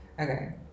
Okay